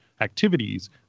activities